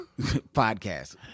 podcast